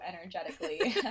energetically